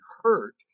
hurt